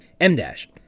M-dash